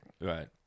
Right